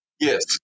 Yes